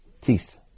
teeth